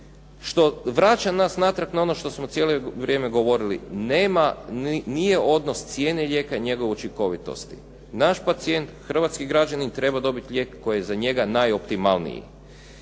što vraća nas natrag na ono što smo cijelo vrijeme govorili. Nije odnos cijene lijeka i njegove učinkovitosti. Naš pacijent, hrvatski građanin treba dobiti lijek koji je za njega najoptimalniji.